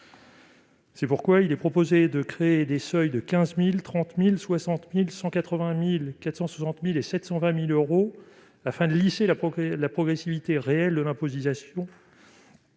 Nous proposons de créer des seuils de 15 000, 30 000, 60 000, 180 000, 460 000 et 720 000 euros, afin de lisser la progressivité réelle de l'imposition.